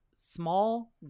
small